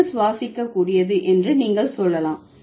காற்று சுவாசிக்கக்கூடியது என்று நீங்கள் சொல்லலாம்